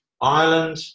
Ireland